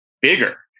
bigger